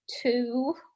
two